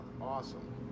Awesome